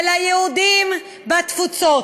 וליהודים בתפוצות.